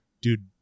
Dude